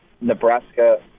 Nebraska